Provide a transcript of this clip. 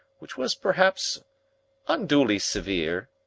which was perhaps unduly severe.